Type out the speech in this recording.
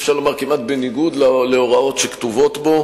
אפשר לומר כמעט בניגוד להוראות שכתובות בו,